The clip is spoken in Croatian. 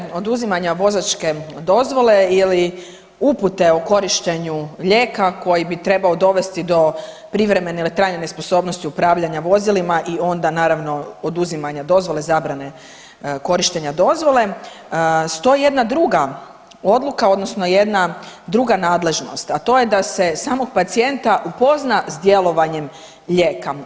Prije oduzimanja vozačke dozvole ili upute o korištenju lijeka koji bi trebao dovesti do privremene ili trajne nesposobnosti upravljanja vozilima i onda naravno oduzimanja dozvole zabrane korištenja dozvole, stoji jedna druga odluka odnosno jedna druga nadležnost, a to je da se samog pacijenta upozna s djelovanjem lijeka.